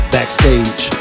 Backstage